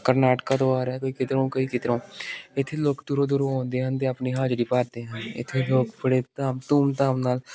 ਕਰਨਾਟਕਾ ਤੋਂ ਆ ਰਿਹਾ ਕੋਈ ਕਿੱਧਰੋਂ ਕੋਈ ਕਿੱਧਰੋਂ ਇੱਥੇ ਲੋਕ ਦੂਰੋਂ ਦੂਰੋਂ ਆਉਂਦੇ ਹਨ ਅਤੇ ਆਪਣੀ ਹਾਜ਼ਰੀ ਭਰਦੇ ਹਨ ਇੱਥੇ ਲੋਕ ਬੜੇ ਧਾਮ ਧੂਮਧਾਮ ਨਾਲ